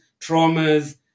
traumas